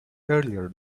earlier